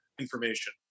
information